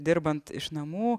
dirbant iš namų